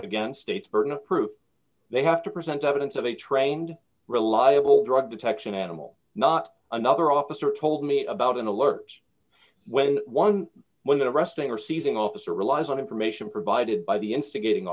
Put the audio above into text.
again state's burden of proof they have to present evidence of a trained reliable drug detection animal not another officer told me about an alert when d one when the arresting or seizing officer relies on information provided by the instigating